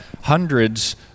hundreds